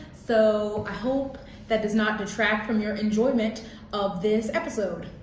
so i hope that does not detract from your enjoyment of this episode.